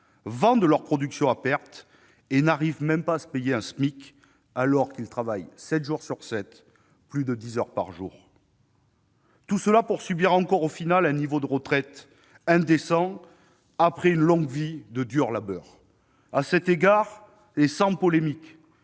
vendent leurs productions à perte et n'arrivent même pas à se payer un SMIC, alors qu'ils travaillent sept jours sur sept, plus de dix heures par jour. Tout cela pour subir finalement un niveau de retraite indécent après une longue vie de dur labeur. À cet égard, et sans polémiquer,